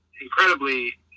incredibly